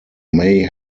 may